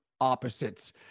opposites